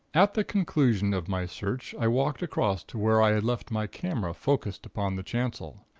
at the conclusion of my search i walked across to where i had left my camera focused upon the chancel.